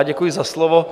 Děkuji za slovo.